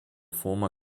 former